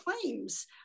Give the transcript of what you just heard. claims